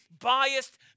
biased